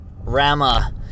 Rama